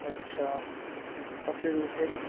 अच्छा तो फिर उसे